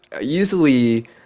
usually